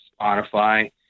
Spotify